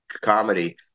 comedy